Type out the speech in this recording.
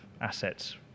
assets